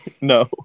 No